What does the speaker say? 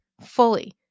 fully